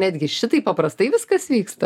netgi šitaip paprastai viskas vyksta